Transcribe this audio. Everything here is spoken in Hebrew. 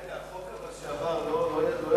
רגע, החוק הזה שעבר לא יצר?